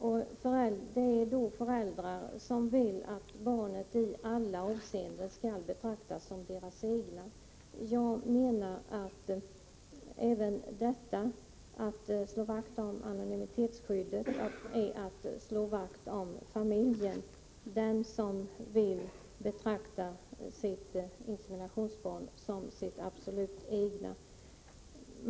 Det är föräldrar som önskar att barnen i alla avseenden skall betraktas som deras egna. Jag menar att anonymitetsskyddet också innebär att man slår vakt om familjen för dem som vill betrakta sitt inseminationsbarn som sitt absolut egna.